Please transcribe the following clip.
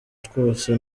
twose